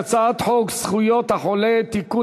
הצעת חוק זכויות החולה (תיקון,